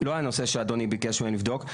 לא על הנושא שאדוני ביקש מהם לבדוק,